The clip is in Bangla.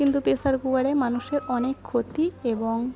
কিন্তু প্রেসার কুকারে মানুষের অনেক ক্ষতি এবং